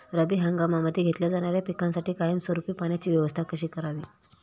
रब्बी हंगामामध्ये घेतल्या जाणाऱ्या पिकांसाठी कायमस्वरूपी पाण्याची व्यवस्था कशी करावी?